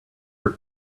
your